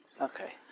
Okay